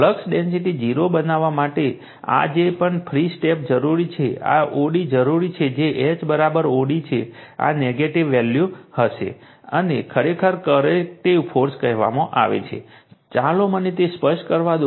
flux density 0 બનાવવા માટે આ જે પણ ફ્રી સ્ટેપ જરૂરી છે આ o d જરૂરી છે જે H o d છે આ નેગેટિવ વેલ્યુ હશે આને ખરેખર કરેક્ટિવ ફોર્સ કહેવાય છે ચાલો મને તે સ્પષ્ટ કરવા દો